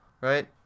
right